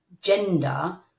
gender